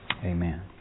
Amen